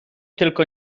tylko